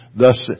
thus